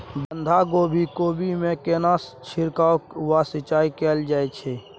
बंधागोभी कोबी मे केना छिरकाव व सिंचाई कैल जाय छै?